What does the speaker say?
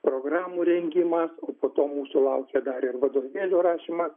programų rengimas po to mūsų laukia dar ir vadovėlių rašymas